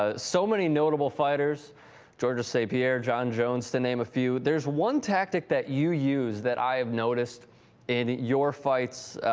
ah so many notable fighters for save here john jones to name a few there's one tactic that you use that i've noticed in the your flights